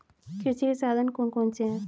कृषि के साधन कौन कौन से हैं?